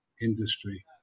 industry